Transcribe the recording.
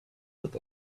with